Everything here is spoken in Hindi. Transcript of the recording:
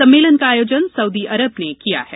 सम्मेलन का आयोजन सउदी अरब ने किया है